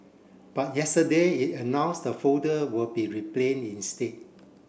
but yesterday it announce the folder will be reprint instead